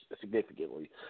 significantly